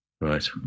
Right